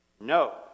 No